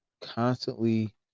Constantly